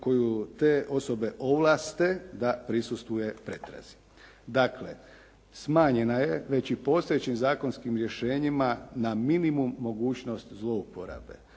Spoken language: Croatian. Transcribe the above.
koju te osobe ovlasti da prisustvuje pretrazi. Dakle, smanjena je već i postojećim zakonskim rješenjima na minimum mogućnost zlouporabe.